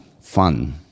fun